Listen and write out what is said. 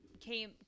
came